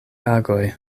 agoj